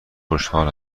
خوشحال